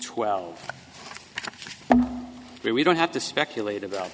twelve where we don't have to speculate about